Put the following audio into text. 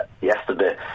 yesterday